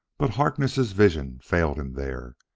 but harkness' vision failed him there.